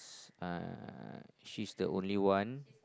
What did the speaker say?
uh she is the only one